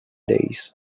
days